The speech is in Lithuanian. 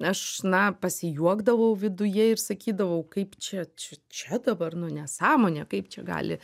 aš na pasijuokdavau viduje ir sakydavau kaip čia čia dabar nu nesąmonė kaip čia gali